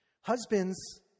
Husbands